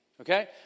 okay